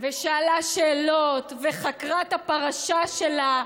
ושאלה שאלות וחקרה את הפרשה שלה,